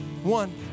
One